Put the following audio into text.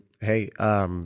Hey